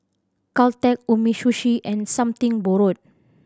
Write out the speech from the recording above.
Caltex Umisushi and Something Borrowed